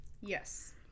Yes